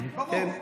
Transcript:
ברור.